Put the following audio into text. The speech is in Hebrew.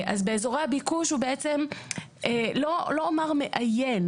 אז באזורי הביקוש הוא בעצם לא אומר מאיין,